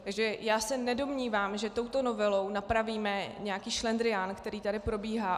Takže já se nedomnívám, že touto novelou napravíme nějaký šlendrián, který tady probíhá.